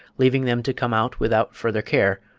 leaving them to come out without further care,